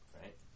right